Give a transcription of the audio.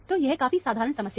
तो यह काफी साधारण समस्या है